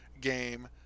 game